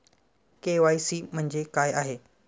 KYC म्हणजे काय आहे?